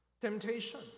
temptation